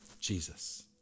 Jesus